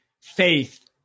faith